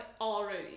already